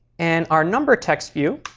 and our number text view,